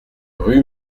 rue